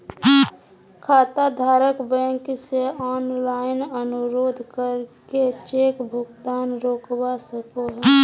खाताधारक बैंक से ऑनलाइन अनुरोध करके चेक भुगतान रोकवा सको हय